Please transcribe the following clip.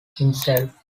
himself